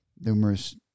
numerous